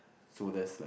so that's like